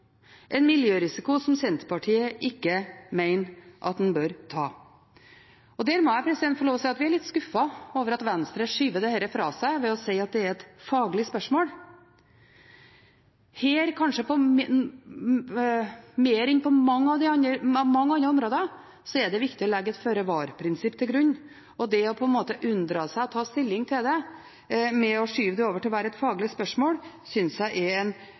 en miljørisiko som Senterpartiet mener en ikke bør ta. Og der må jeg få lov til å si at vi er litt skuffet over at Venstre skyver dette fra seg ved å si at det er et faglig spørsmål. Her, kanskje mer enn på mange andre områder, er det viktig å legge et føre-var-prinsipp til grunn, og det å på en måte unndra seg å ta stilling til det med å skyve det over til å være et faglig spørsmål, synes jeg er en